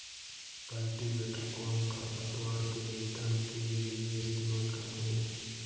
cultivator कोहम खरपतवार के नियंत्रण के लिए इस्तेमाल करते हैं